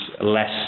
less